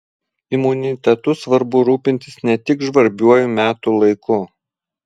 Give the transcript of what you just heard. imunitetu svarbu rūpintis ne tik žvarbiuoju metų laiku